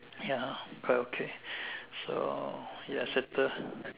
ya quite okay so ya settled